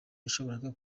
yashoboraga